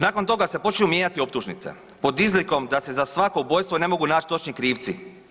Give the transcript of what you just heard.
Nakon toga se počinju mijenjati optužnice pod izlikom da se za svako ubojstvo ne mogu nać točni krivci.